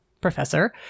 professor